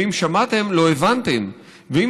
ואם שמעתם, לא הבנתם, ואם